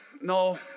no